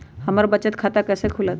हमर बचत खाता कैसे खुलत?